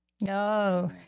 No